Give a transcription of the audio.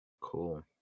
Cool